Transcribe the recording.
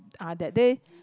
ah that day